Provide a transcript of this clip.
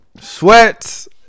sweats